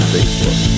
Facebook